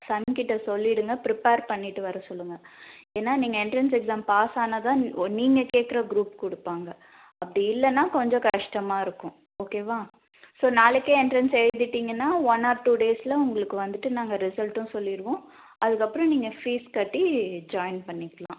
Sun கிட்ட சொல்லிருங்கள் prepare பண்ணிட்டு வர சொல்லுங்கள் ஏன்னால் நீங்கள் எண்ட்ரன்ஸ் எக்ஸாம் பாஸ் ஆனால் தான் நீங்கள் கேட்குற குரூப் கொடுப்பாங்க அப்படி இல்லைனா கொஞ்சம் கஷ்டமாக இருக்கும் ஓகே வா ஸோ நாளைக்கே எண்ட்ரன்ஸ் எழுதிட்டீங்கன்னா ஒன் ஆர் டூ டேஸில் உங்களுக்கு வந்துட்டு நாங்கள் ரிசல்ட்டும் சொல்லிருவோம் அதுக்கப்புறம் நீங்கள் ஃபீஸ் கட்டி ஜாயின் பண்ணிக்கலாம்